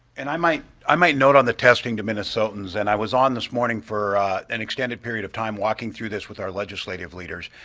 and i might i might note on the testing to minnesotans, and i was on this morning for an extended period of time walking through this with our legislative leaders,